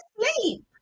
sleep